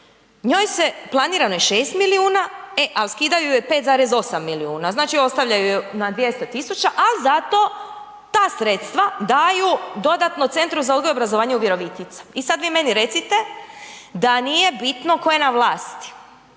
Njoj se planirano je 6 milijuna, e ali skidaju joj 5,8 milijuna, znači ostavljaju je na 200 tisuća, ali zato ta sredstva daju dodatno Centru za odgoj i obrazovanje u Virovitici. I sad vi meni recite da nije bitno tko je na vlasti.